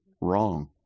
wrong